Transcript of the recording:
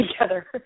together